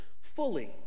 fully